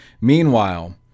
Meanwhile